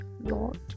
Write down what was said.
Lord